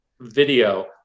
video